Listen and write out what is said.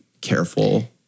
careful